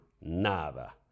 nada